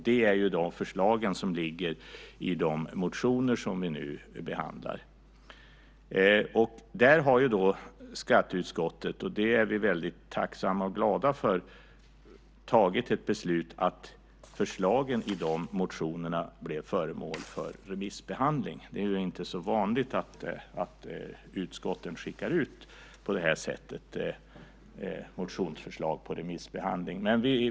Det är också vad som föreslås i de motioner som vi nu behandlar. Här har skatteutskottet, och det är vi väldigt tacksamma och glada för, tagit beslutet att förslagen i dessa motioner skulle bli föremål för remissbehandling. Det är ju inte så vanligt att utskotten på detta sätt skickar ut motionsförslag på remissbehandling.